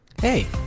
hey